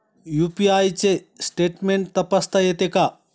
UPI चे statement तपासता येते का?